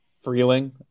Freeling